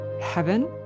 heaven